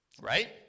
right